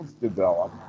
develop